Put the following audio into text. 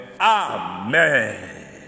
amen